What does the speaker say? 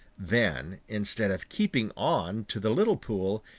then, instead of keeping on to the little pool,